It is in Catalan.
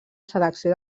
selecció